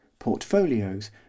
portfolios